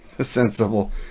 Sensible